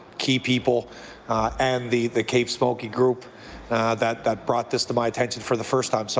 key people and the the cape smokey group that that brought this to my attention for the first time. so